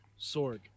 Sorg